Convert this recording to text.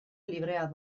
librea